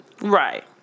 Right